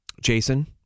Jason